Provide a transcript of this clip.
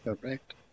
Correct